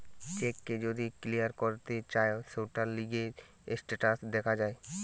check কে যদি clear করতে চায় সৌটার লিগে স্টেটাস দেখা যায়